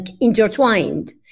intertwined